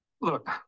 Look